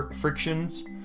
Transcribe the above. frictions